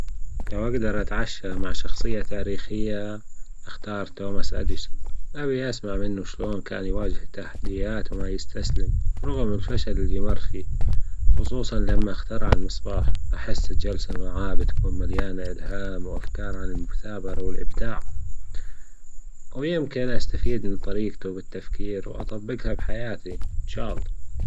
لو أجدر أتعشى مع شخصية تاريخية أختار توماس اديسون، أبي أسمع منه شلون كان يواجه تحديات وما يستسلم رغم الفشل اللي مر فيه ،خصوصا لما إخترع المصباح أحس الجلسة معاه بتكون مليانة إلهام وأفكار عن المثابرة والإبداع، ويمكن أستفيد من طريقته بالتفكير وأطبقها بحياتي إن شاء الله.